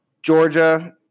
Georgia